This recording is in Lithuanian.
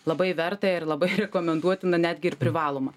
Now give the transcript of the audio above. labai verta ir labai rekomenduotina netgi ir privaloma